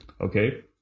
Okay